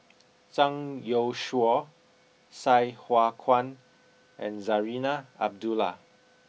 Zhang Youshuo Sai Hua Kuan and Zarinah Abdullah